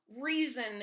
reason